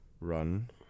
run